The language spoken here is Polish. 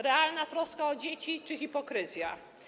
Realna troska o dzieci, czy hipokryzja?